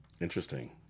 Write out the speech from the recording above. Interesting